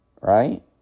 Right